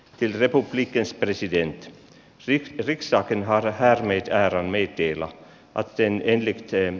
tilrepublikens president vihtori kssa harrastaa mitä raamitti ilo tattien ylitseen